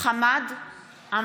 מתחייבת אני חמד עמאר,